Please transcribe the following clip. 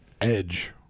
edge